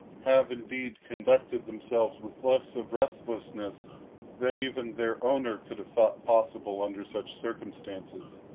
have, indeed, conducted themselves with less of restlessness than even their owner could have thought possible under such circumstances.